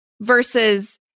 versus